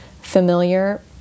familiar